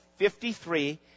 53